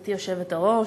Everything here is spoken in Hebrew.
גברתי היושבת-ראש,